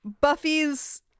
Buffy's